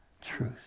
truth